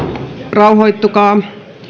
rauhoittukaa